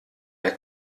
der